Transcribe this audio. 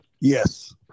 yes